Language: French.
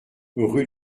rue